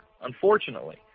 unfortunately